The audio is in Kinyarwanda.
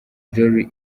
jolly